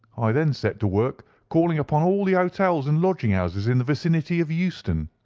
i then set to work calling upon all the hotels and lodging-houses in the vicinity of euston.